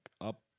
up